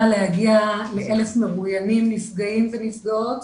להגיע לאלף מרואיינים נפגעים ונפגעות.